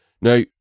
now